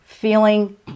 feeling